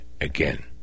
again